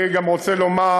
אני גם רוצה לומר,